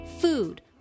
food